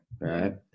right